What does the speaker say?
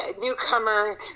newcomer